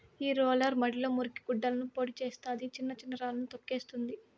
ఈ రోలర్ మడిలో మురికి గడ్డలను పొడి చేస్తాది, చిన్న చిన్న రాళ్ళను తోక్కేస్తుంది